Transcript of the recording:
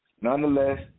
Nonetheless